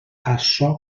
açò